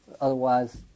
otherwise